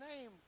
name